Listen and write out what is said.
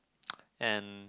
and